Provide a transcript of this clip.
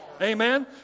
Amen